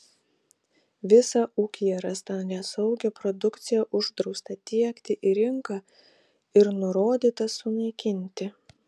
visą ūkyje rastą nesaugią produkciją uždrausta tiekti į rinką ir nurodyta sunaikinti